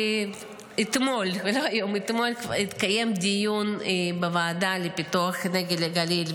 אתמול התקיים דיון בוועדה לפיתוח הנגב והגליל,